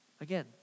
Again